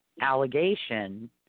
allegation –